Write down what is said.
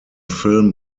film